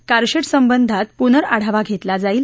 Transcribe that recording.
car shed संबंधात पुर्नआढावा घेतला जाईल